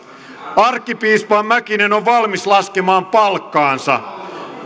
arkkipiispa mäkinen on valmis laskemaan palkkaansa